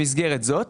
במסגרת זאת,